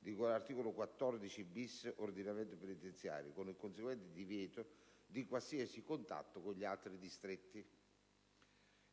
cui all'articolo 14-*bis* dell'ordinamento penitenziario, con il conseguente divieto di qualsiasi contatto con gli altri ristretti.